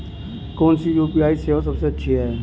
कौन सी यू.पी.आई सेवा सबसे अच्छी है?